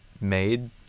made